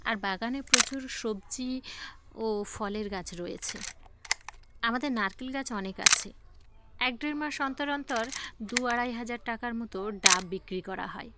আর বাগানে প্রচুর সবজি ও ফলের গাছ রয়েছে আমাদের নারকেল গাছ অনেক আছে এক ডেড় মাস অন্তর অন্তর দু আড়াই হাজার টাকার মতো ডাব বিক্রি করা হয়